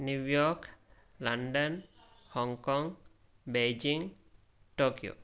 New York London Hong Kong Beijing Tokyo